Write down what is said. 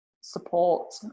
support